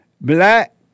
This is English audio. Black